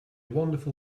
wonderful